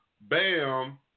Bam